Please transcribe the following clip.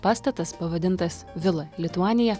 pastatas pavadintas vila lituanija